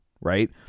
right